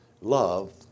love